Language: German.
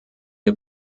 wir